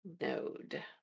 node